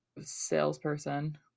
salesperson